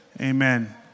Amen